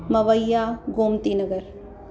Mawaiya Gomti Nagar